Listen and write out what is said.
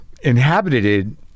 inhabited